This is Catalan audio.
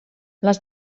les